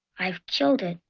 i've killed it.